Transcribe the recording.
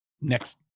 next